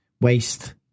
waste